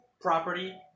property